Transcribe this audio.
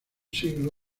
siglo